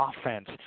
offense